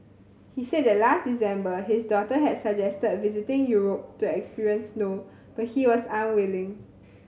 he said that last December his daughter had suggested visiting Europe to experience snow but he was unwilling